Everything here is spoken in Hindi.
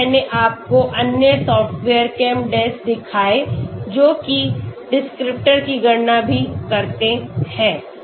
फिर मैंने आपको अन्य सॉफ़्टवेयर ChemDes दिखाए जो कि डिस्क्रिप्टर की गणना भी करते हैं